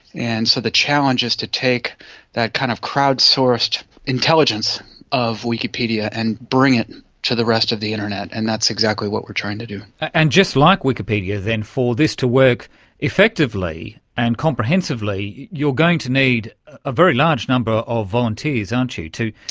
and so the challenge is to take that kind of crowd sourced intelligence of wikipedia and bring it to the rest of the internet, and that's exactly what we're trying to do. and just like wikipedia then, for this to work effectively and comprehensively you're going to need a very large number of volunteers, aren't you,